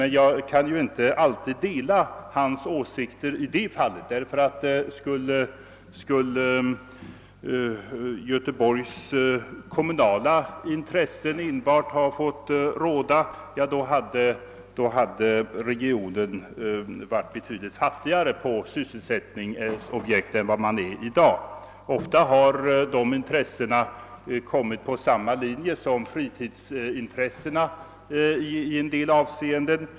Jag kan emellertid inte alltid dela hans åsikter, därför att skulle enbart Göteborgs kommunala intressen ha fått råda, hade regionen varit betydligt fattigare på sysselsättningsobjekt än den i dag är. Ofta har dessa intressen kommit på samma linje som fritidsintressena i en del avseenden.